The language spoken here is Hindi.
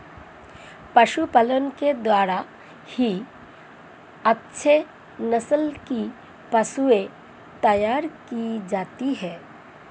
पशुपालन के द्वारा ही अच्छे नस्ल की पशुएं तैयार की जाती है